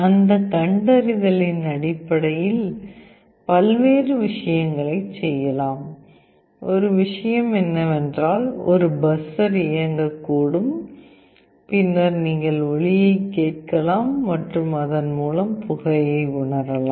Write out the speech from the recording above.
அந்த கண்டறிதலின் அடிப்படையில் பல்வேறு விஷயங்களைச் செய்யலாம் ஒரு விஷயம் என்னவென்றால் ஒரு பஸர் இயங்கக்கூடும் பின்னர் நீங்கள் ஒலியைக் கேட்கலாம் மற்றும் அதன்மூலம் புகையை உணரலாம்